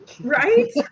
Right